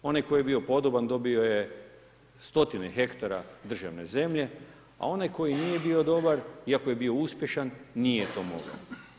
Onaj koji je bio podoban dobio je 100 hektara državne zemlje, a onaj koji nije bio dobar, iako je bio uspješan, nije to mogao.